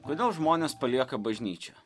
kodėl žmonės palieka bažnyčią